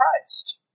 Christ